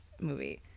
movie